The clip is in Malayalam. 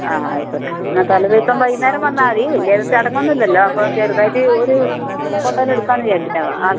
ആ ആയിക്കോട്ടെ എന്നാൽ തലേദിവസം വൈകുന്നേരം വന്നാൽമതി വലിയ ചടങ്ങൊന്നും ഇല്ലല്ലോ അപ്പം ചെറുതായിട്ട് ഒരു ഫോട്ടോ എല്ലാം എടുക്കാമെന്ന് വിചാരിച്ചിട്ടാണ് ആൾക്ക്